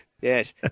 yes